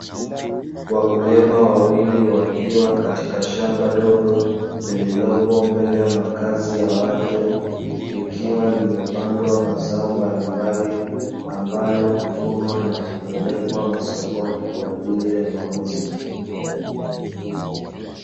Wakulima wawili wakiwa katika shamba dogo lililopo mbele ya makazi ya watu, likiwa limepandwa mazao mbalimbali ambayo huvunwa na kupelekwa masokoni kwa ajili ya mauzo .